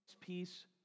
peace